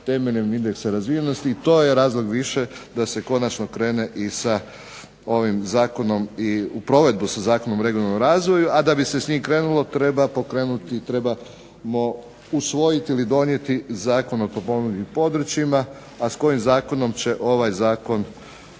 temeljem indeksa razvijenosti. I to je razlog više da se konačno krene i sa ovim zakonom, u provedbu sa Zakonom o regionalnom razvoju. A da bi se s njim krenulo treba pokrenuti i trebamo usvojiti ili donijeti Zakon o potpomognutim područjima, a s kojim zakonom ovaj zakon